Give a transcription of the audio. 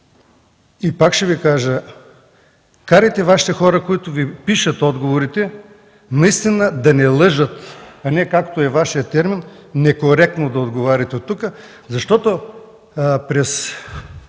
Пак ще кажа, карайте Вашите хора, които Ви пишат отговорите, да не лъжат, а не както е Вашият термин – некоректно да отговаряте оттук, защото през